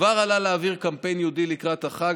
כבר עלה לאוויר קמפיין ייעודי לקראת החג.